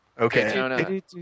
Okay